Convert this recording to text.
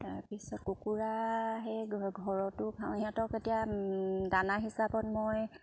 তাৰপিছত কুকুৰা সেই ঘৰতো সিহঁতক এতিয়া দানা হিচাপত মই